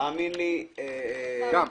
זה לא בטיחותי.